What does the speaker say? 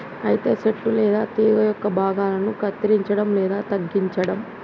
అయితే సెట్టు లేదా తీగ యొక్క భాగాలను కత్తిరంచడం లేదా తగ్గించడం